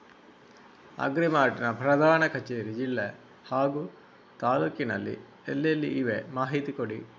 Agri mart ನ ಪ್ರಧಾನ ಕಚೇರಿ ಜಿಲ್ಲೆ ಹಾಗೂ ತಾಲೂಕಿನಲ್ಲಿ ಎಲ್ಲೆಲ್ಲಿ ಇವೆ ಮಾಹಿತಿ ಕೊಡಿ?